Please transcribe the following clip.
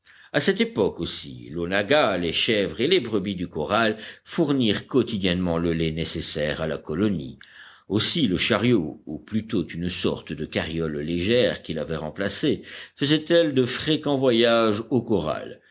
à cette époque aussi l'onagga les chèvres et les brebis du corral fournirent quotidiennement le lait nécessaire à la colonie aussi le chariot ou plutôt une sorte de carriole légère qui l'avait remplacé faisait-elle de fréquents voyages au corral